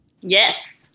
Yes